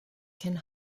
can